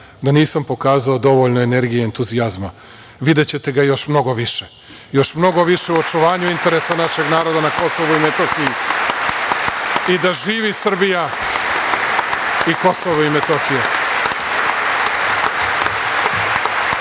da nisam pokazao dovoljno energije i entuzijazma, videćete ga još mnogo više, još mnogo više u očuvanju interesa našeg naroda na Kosovu i Metohiji i da živi Srbija i Kosovo i